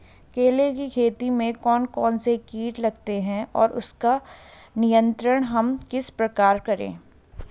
केले की खेती में कौन कौन से कीट लगते हैं और उसका नियंत्रण हम किस प्रकार करें?